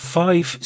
five